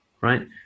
right